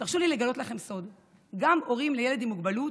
ותרשו לי לגלות לכם סוד: גם הורים לילד עם מוגבלות,